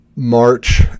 March